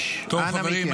חברים,